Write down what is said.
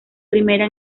primera